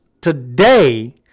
today